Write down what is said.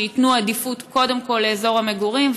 שייתנו עדיפות קודם כול לאזור המגורים,